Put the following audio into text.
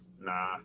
nah